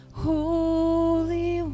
Holy